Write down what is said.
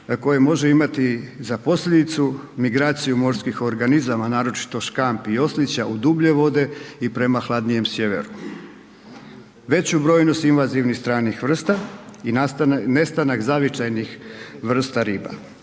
koje može imati za posljedicu migraciju morskih organizama, naročito škampi i oslića u dublje vode i prema hladnijem sjeveru, veću brojnost invaznivnih stranih vrsta i nestanak zavičajnih vrsta riba.